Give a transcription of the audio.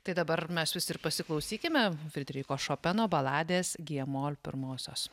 tai dabar mes visi ir pasiklausykime fredriko šopeno baladės gie mol pirmosios